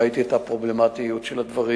ראיתי את הפרובלמטיות של הדברים.